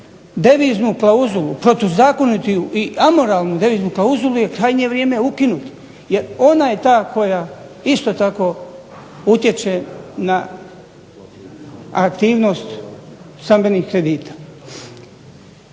deviznu klauzulu, protuzakonitu i amoralnu deviznu klauzulu je krajnje vrijeme ukinuti jer ona je ta koja isto tako utječe na aktivnost stambenih kredita.